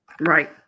Right